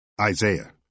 Isaiah